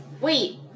Wait